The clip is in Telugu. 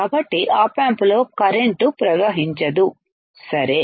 కాబట్టిఆప్ ఆంప్ లో కరెంట్ ప్రవహించదు సరే